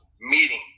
meeting